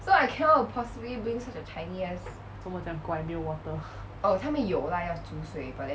做莫这样怪没有 water